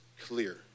clear